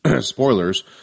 spoilers –